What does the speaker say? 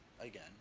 Again